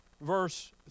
Verse